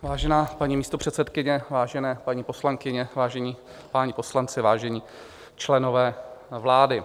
Vážená paní místopředsedkyně, vážené paní poslankyně, vážení páni poslanci, vážení členové vlády.